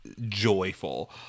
joyful